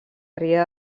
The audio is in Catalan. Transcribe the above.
riera